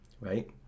Right